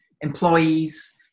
employees